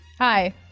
Hi